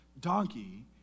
donkey